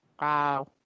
Wow